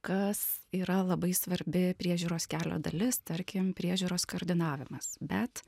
kas yra labai svarbi priežiūros kelio dalis tarkim priežiūros koordinavimas bet